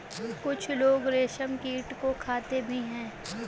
कुछ लोग रेशमकीट को खाते भी हैं